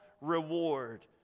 reward